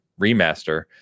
Remaster